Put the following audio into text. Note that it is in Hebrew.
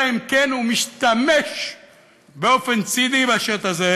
אלא אם כן הוא משתמש באופן ציני בשד הזה,